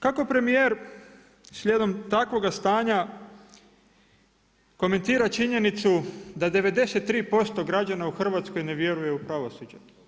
Kako premijer, slijedom takvoga stanja komentira činjenicu da 93% građana u Hrvatskoj ne vjeruje u pravosuđe?